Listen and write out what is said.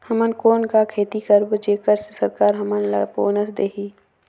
हमन कौन का खेती करबो जेकर से सरकार हमन ला बोनस देही?